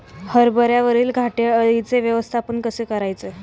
हरभऱ्यावरील घाटे अळीचे व्यवस्थापन कसे करायचे?